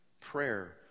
Prayer